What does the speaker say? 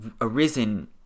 arisen